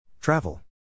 Travel